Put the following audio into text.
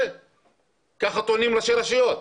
ככה טוענים ראשי רשויות.